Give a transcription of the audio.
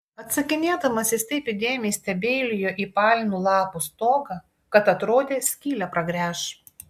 atsakinėdamas jis taip įdėmiai stebeilijo į palmių lapų stogą kad atrodė skylę pragręš